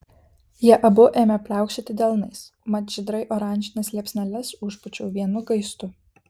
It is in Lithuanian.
jie abu ėmė pliaukšėti delnais mat žydrai oranžines liepsneles užpūčiau vienu gaistu